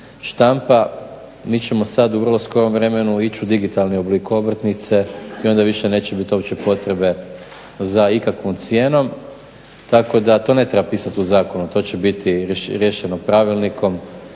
štampa. Mi ćemo sad u vrlo skorom vremenu ići u digitalni oblik obrtnice i onda više neće bit uopće potrebe za ikakvom cijenom, tako da to ne treba pisat u zakonu. To će biti riješeno pravilnikom.